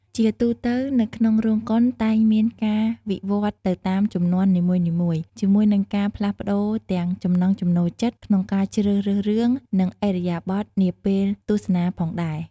ជាទូរទៅនៅក្នុងរោងកុនតែងមានការវិវត្តន៍ទៅតាមជំនាន់នីមួយៗ ជាមួយនឹងការផ្លាស់ប្ដូរទាំងចំណង់ចំណូលចិត្តក្នុងការជ្រើសរើសរឿង និងឥរិយាបថនាពេលទស្សនាផងដែរ ។